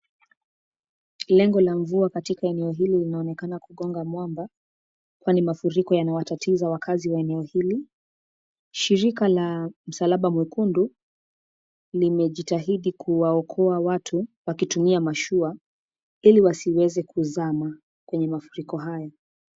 Lengo la mvua katika eneo hili linaonekana kugonga mwamba, kwani mafuriko yamewatatiza wakaazi wa eneo hili, Shirika la, Msalaba Mwekundu, limejitahidi kuwaokoa watu, wakitumia mashua, ili wasiweze kuzama, kwenye mafuriko hayo.